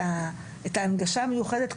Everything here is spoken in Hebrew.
את ההנגשה המיוחדת,